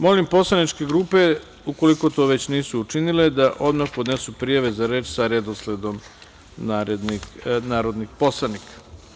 Molim poslaničke grupe, ukoliko to već nisu učinile, da odmah podnesu prijave za reč sa redosledom narodnih poslanika.